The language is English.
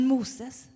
Moses